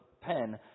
pen